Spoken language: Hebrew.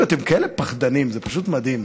אתם יודעים, אתם כאלה פחדנים, זה פשוט מדהים.